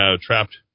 trapped